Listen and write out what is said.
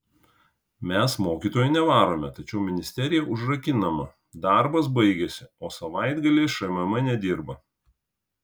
mes mokytojų nevarome tačiau ministerija užrakinama darbas baigėsi o savaitgalį šmm nedirba